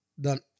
done